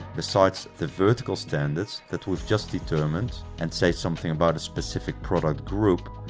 besides the vertical standards that we've just determined and say something about a specific product group,